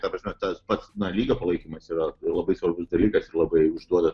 ta prasme tas pats na lygio palaikymas yra labai svarbus dalykas ir labai užduoda